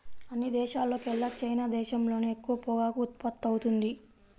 అన్ని దేశాల్లోకెల్లా చైనా దేశంలోనే ఎక్కువ పొగాకు ఉత్పత్తవుతుంది